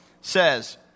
says